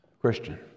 Christian